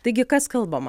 taigi kas kalbama